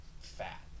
fat